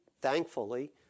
thankfully